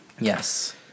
Yes